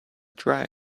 try